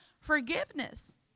forgiveness